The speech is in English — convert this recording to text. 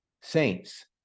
Saints